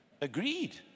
agreed